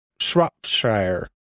Shropshire